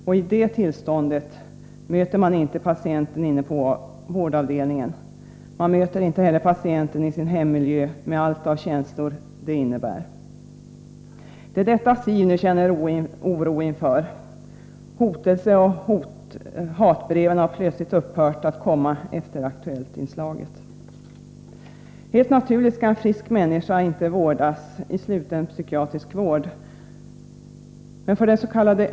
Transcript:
Inne på vårdavdelningen ser man inte patienten i påverkat tillstånd eller i hemmiljö, med allt av känslor som det innebär. Det är detta Siv nu känner oro inför. Hotelseoch hatbreven har plötsligt upphört att komma efter inslaget i Aktuellt. Helt naturligt skall en frisk människa inte behandlas inom sluten psykiatrisk vård. Men för dens.k.